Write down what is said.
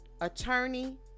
Attorney